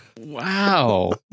Wow